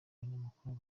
banyamakuru